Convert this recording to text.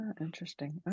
interesting